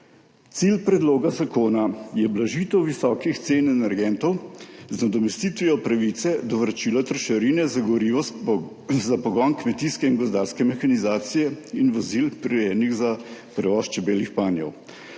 Cilj predloga zakona je blažitev visokih cen energentov z nadomestitvijo pravice do vračila trošarine za gorivo za pogon kmetijske in gozdarske mehanizacije in vozil, prirejenih za prevoz čebeljih panjev,